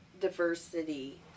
diversity